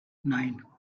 nine